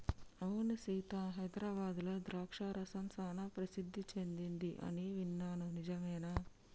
అవును సీత హైదరాబాద్లో ద్రాక్ష రసం సానా ప్రసిద్ధి సెదింది అని విన్నాను నిజమేనా